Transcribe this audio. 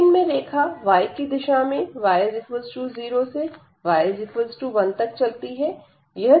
domain में रेखा yकी दिशा में y 0 से y 1 तक चलती है